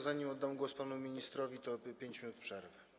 Zanim oddam głos panu ministrowi, 5 minut przerwy.